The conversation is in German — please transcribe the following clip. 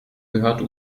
gehörte